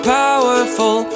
powerful